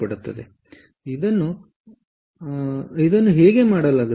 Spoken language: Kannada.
ಆದ್ದರಿಂದ ಇದನ್ನು ಹೇಗೆ ಮಾಡಲಾಗುತ್ತದೆ